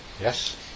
Yes